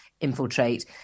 infiltrate